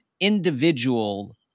individual